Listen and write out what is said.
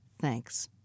Thanks